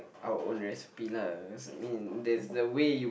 our own recipe lah there's I mean that's the way you